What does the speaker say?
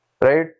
Right